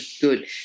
good